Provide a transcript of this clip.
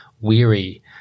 weary